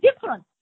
different